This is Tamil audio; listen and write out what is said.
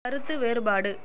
கருத்து வேறுபாடு